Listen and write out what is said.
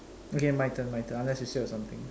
okay okay my turn my turn unless you still have something